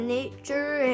nature